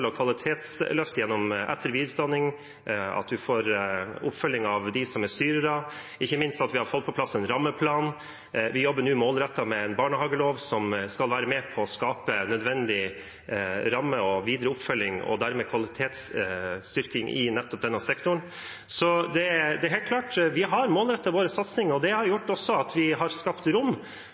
og kvalitetsløft gjennom etter- og videreutdanning, vi får oppfølging av styrerne, og ikke minst har vi fått på plass en rammeplan. Vi jobber nå målrettet med en barnehagelov som skal være med på å skape nødvendige rammer og videre oppfølging og dermed en kvalitetsstyrking i nettopp denne sektoren. Det er helt klart, vi har målrettet våre satsinger. Det har også gjort at vi har skapt rom